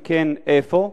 אם כן, איפה?